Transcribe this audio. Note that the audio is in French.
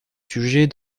sujets